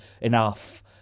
enough